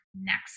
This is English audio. next